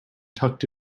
tucked